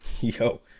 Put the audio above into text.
yo